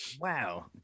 Wow